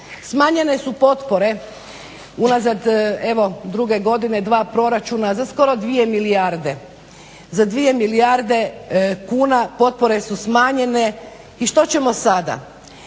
Smanjene su potpore unazad evo druge godine dva proračuna za skoro dvije milijarde, za dvije milijarde kuna potpore su smanjene i što ćemo sada.